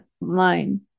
line